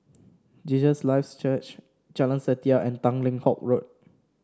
Jesus Lives Church Jalan Setia and Tanglin Halt Road